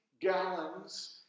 gallons